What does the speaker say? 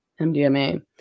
mdma